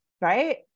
right